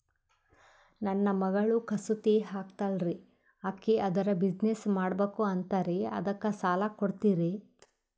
ನನ್ನ ಮಗಳು ಕಸೂತಿ ಹಾಕ್ತಾಲ್ರಿ, ಅಕಿ ಅದರ ಬಿಸಿನೆಸ್ ಮಾಡಬಕು ಅಂತರಿ ಅದಕ್ಕ ಸಾಲ ಕೊಡ್ತೀರ್ರಿ?